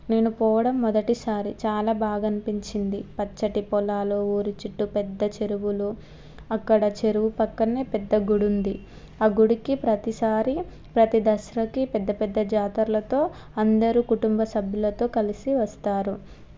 నేను పోవడం మొదటిసారి చాలా బాగనిపించింది పచ్చటి పొలాలు ఊరి చుట్టూ పెద్ద చెరువులు అక్కడ చెరువు పక్కన్నే పెద్ద గుడుంది ఆ గుడికి ప్రతీసారి ప్రతి దశరాకీ పెద్దపెద్ద జాతర్లతో అందరూ కుటుంబ సభ్యులతో కలిసి వస్తారు